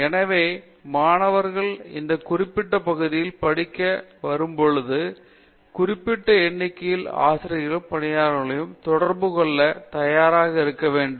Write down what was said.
எனவே மாணவர்கள் இந்த குறிப்பிட்ட பகுதியில் படிக்க வருந்தபொழுது குறிப்பிட்ட எண்ணிக்கையில் ஆசிரியர்களையும் பணியாளர்களையும் தொடர்பு கொள்ள தயாராக இருக்க வேண்டும்